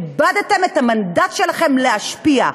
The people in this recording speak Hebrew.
איבדתם את המנדט שלכם להשפיע.